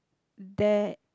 there